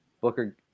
Booker